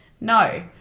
No